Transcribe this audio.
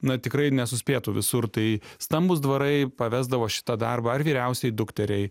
na tikrai nesuspėtų visur tai stambūs dvarai pavesdavo šitą darbą ar vyriausiai dukteriai